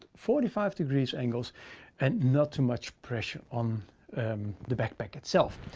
forty five degrees angles and not too much pressure on the backpack itself.